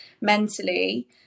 mentally